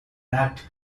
lacked